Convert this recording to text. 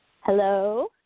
Hello